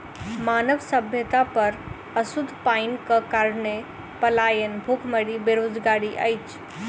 मानव सभ्यता पर अशुद्ध पाइनक कारणेँ पलायन, भुखमरी, बेरोजगारी अछि